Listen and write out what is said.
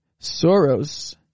Soros